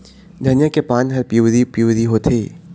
धनिया के पान हर पिवरी पीवरी होवथे?